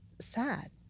sad